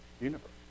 universe